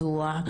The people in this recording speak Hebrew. למרות הקושי,